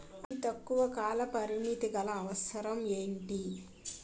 అతి తక్కువ కాల పరిమితి గల అవసరం ఏంటి